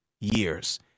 years